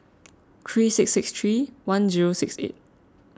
three six six three one zero six eight